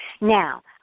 Now